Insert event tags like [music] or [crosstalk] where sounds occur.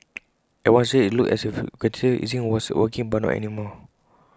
[noise] at one stage IT looked as if quantitative easing was working but not any more